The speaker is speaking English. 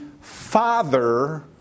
Father